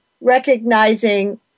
recognizing